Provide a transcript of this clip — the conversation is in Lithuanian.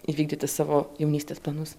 įvykdyti savo jaunystės planus